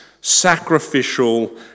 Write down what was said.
sacrificial